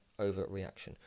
overreaction